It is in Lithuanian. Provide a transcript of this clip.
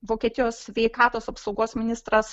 vokietijos sveikatos apsaugos ministras